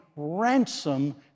ransom